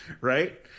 right